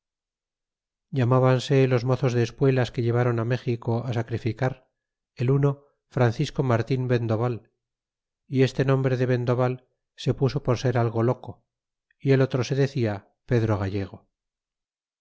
lloroso llambanse los mozos de espuelas que llevron méxico sacrificar el uno francisco martin vendobal y este nombre de vendobal se puso por ser algo loco y el otro se decia pedro gallego